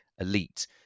elite